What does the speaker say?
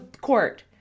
court